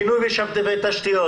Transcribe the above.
בינוי ותשתיות,